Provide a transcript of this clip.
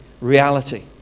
reality